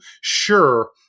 Sure